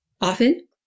Often